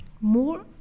more